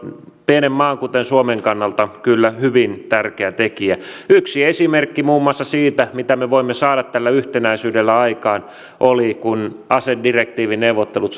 pienen maan kuten suomen kannalta kyllä hyvin tärkeä tekijä yksi esimerkki muun muassa siitä mitä me voimme saada tällä yhtenäisyydellä aikaan oli kun asedirektiivineuvottelut